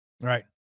Right